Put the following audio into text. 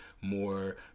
more